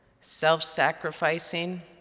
self-sacrificing